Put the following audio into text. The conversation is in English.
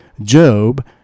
Job